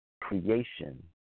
Creation